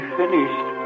finished